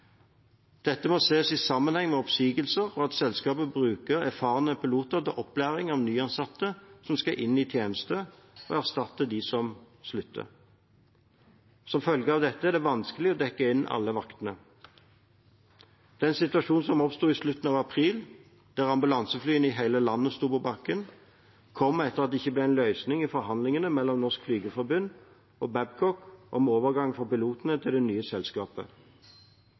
Dette må ses i sammenheng med oppsigelser og at selskapet bruker erfarne piloter til opplæring av nyansatte som skal inn i tjeneste og erstatte dem som slutter. Som følge av dette er det vanskelig å dekke inn alle vaktene. Den situasjonen som oppsto i slutten av april, da ambulanseflyene i hele landet sto på bakken, kom etter at det ikke ble en løsning i forhandlingene mellom Norsk Flygerforbund og Babcock om overgang for pilotene til det nye selskapet.